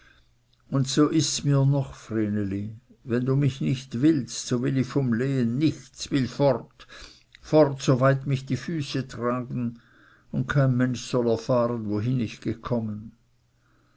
und so ists mir noch vreneli wenn du mich nicht willst so will ich vom lehen nichts will fort fort so weit mich die füße tragen und kein mensch soll erfahren wohin ich gekommen